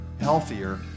healthier